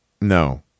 No